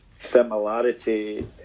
similarity